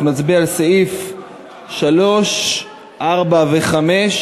אנחנו נצביע על סעיפים 3, 4 ו-5,